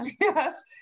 yes